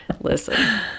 Listen